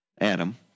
Adam